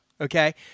Okay